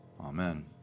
Amen